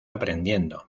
aprendiendo